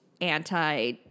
anti